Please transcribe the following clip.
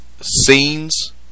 scenes